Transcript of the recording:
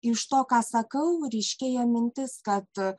iš to ką sakau ryškėja mintis kad